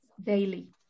daily